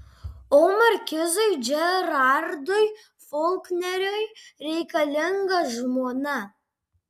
o markizui džerardui folkneriui reikalinga žmona